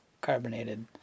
carbonated